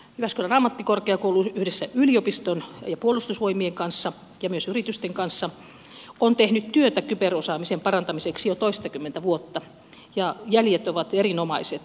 jyväskylän ammattikorkeakoulu yhdessä yliopiston ja puolutusvoimien kanssa ja myös yritysten kanssa on tehnyt työtä kyberosaamisen parantamiseksi jo toistakymmentä vuotta ja jäljet ovat erinomaiset